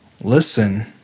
listen